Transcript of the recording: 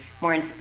more